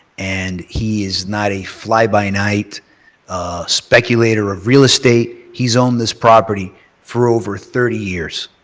and he is not a fly-by-night speculator of real estate. he has owned this property for over thirty years.